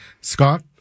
Scott